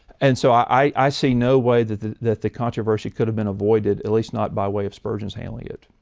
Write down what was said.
and so i see no way that the that the controversy could have been avoided, at least not by way of spurgeon's handling it.